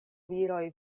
viroj